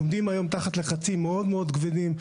עומדים היום תחת לחצים מאוד כבדים.